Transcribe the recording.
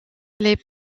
les